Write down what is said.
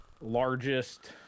largest